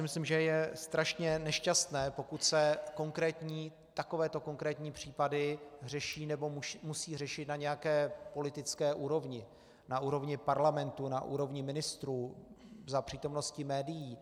Myslím si, že je strašně nešťastné, pokud se takovéto konkrétní případy řeší, nebo musí řešit na nějaké politické úrovni, na úrovni Parlamentu, na úrovni ministrů, za přítomnosti médií.